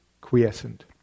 quiescent